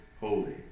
Holy